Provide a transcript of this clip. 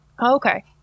Okay